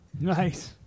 nice